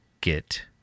get